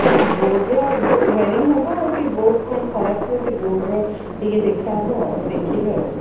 ହଁ ବୋର୍ଡ୍ର ୱେୟାରିଂ ହେବ ଆଉ ସେ ବୋର୍ଡ୍ କ'ଣ ଖରାପ ଥିଲା ସେ ବୋର୍ଡ୍ ଟିକେ ଦେଖା ହେବ ଆଉ ଦେଖିବେ ଆଉ